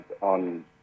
on